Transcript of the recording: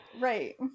right